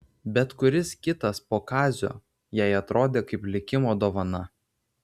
bet kuris kitas po kazio jai atrodė kaip likimo dovana